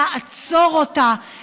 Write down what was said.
לעצור אותה,